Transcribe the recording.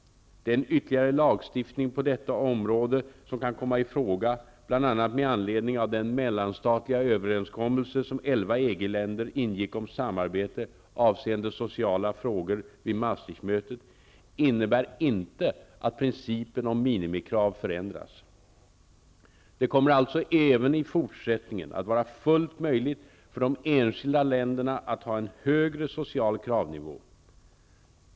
Den ytterligare lagstiftning på detta område som kan komma i fråga bl.a. med anledning av den mellanstatliga överenskommelse som elva EG länder ingick om samarbete avseende sociala frågor, vid Maastricht-mötet, innebär inte att principen om minimikrav förändras. Det kommer alltså även i fortsättningen att vara fullt möjligt för de enskilda länderna att ha en högre social kravnivå.